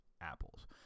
apples